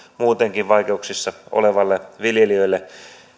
muutenkin vaikeuksissa oleville viljelijöille